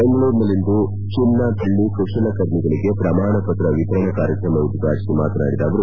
ಬೆಂಗಳೂರಿನಲ್ಲಿಂದು ಚಿನ್ನ ಬೆಳ್ಳ ಕುಶಲಕರ್ಮಿಗಳಿಗೆ ಪ್ರಮಾಣ ಪತ್ರ ವಿತರಣಾ ಕಾರ್ಯಕ್ರಮ ಉದ್ಘಾಟಿಸಿ ಮಾತನಾಡಿದ ಅವರು